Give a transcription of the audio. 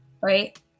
right